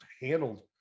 handled